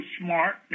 smart